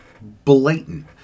blatant